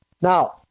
Now